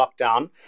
lockdown